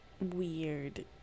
weird